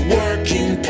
working